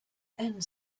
end